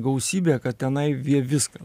gausybė kad tenai jie viską